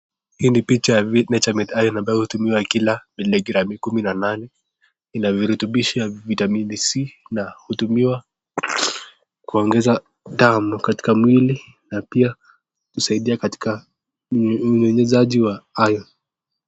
Hii ni picha ya nature made iron ambayo hutumika katika kila miligramu kumi na nane. Ina virutubishi ya vitamin c na hutumiwa kuongeza damu katika mwili na pia husaidia katika upataji wa iron .